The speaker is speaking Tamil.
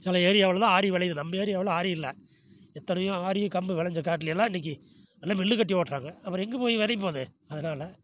சில ஏரியாவுல்லாம் ஆரி விளையிது நம்ம ஏரியாவில் ஆரி இல்லை எத்தனையோ ஆரியம் கம்பு விளஞ்ச காட்டில எல்லாம் இன்னைக்கு நல்லா மில்லு கட்டி ஓட்டுறாங்க அப்புறம் எங்கே போய் விளைய போகுது அதனால்